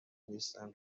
نیستم